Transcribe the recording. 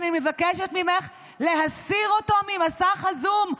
אני מבקשת ממך להסיר אותו ממסך הזום,